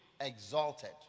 exalted